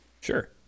Sure